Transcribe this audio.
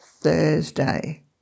Thursday